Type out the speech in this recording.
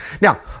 Now